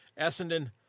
Essendon